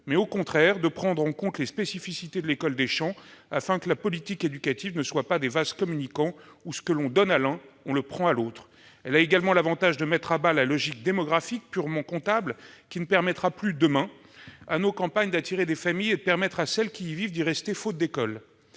mais, au contraire, à prendre en compte les spécificités de « l'école des champs » afin que la politique éducative ne soit pas une réplique des vases communicants, où ce que l'on donne à l'un on le prend à l'autre. Elle a également l'avantage de mettre à bas la logique démographique purement comptable, qui ne permettra plus, demain, à nos campagnes d'attirer des familles et empêchera celles qui y vivent d'y rester, faute d'école.